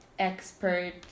expert